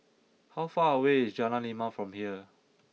how far away is Jalan Lima from here